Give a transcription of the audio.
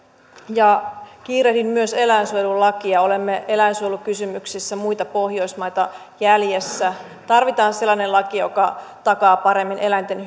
ja kiirehdin myös eläinsuojelulakia olemme eläinsuojelukysymyksissä muita pohjoismaita jäljessä tarvitaan sellainen laki joka takaa paremmin eläinten